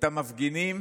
את המפגינים